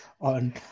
on